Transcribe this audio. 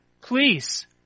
please